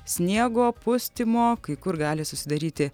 sniego pustymo kai kur gali susidaryti